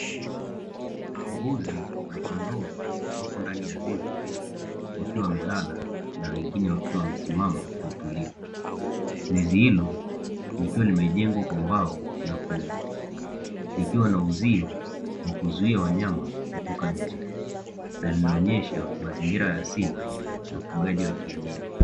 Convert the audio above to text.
Mbuzi na kondoo wapo ndani ya zizi wakiwa wamelala na wengine wakiwa wamesimama kwa utulivu, zizi hilo likiwa limejengwa kwa mbao na likiwa na uzio kuzuia wanyama kutoka nje na linaonyesha mazingira ya asili ya ufugaji wa kienyeji.